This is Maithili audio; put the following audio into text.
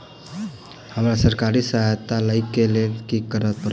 हमरा सरकारी सहायता लई केँ लेल की करऽ पड़त?